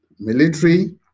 military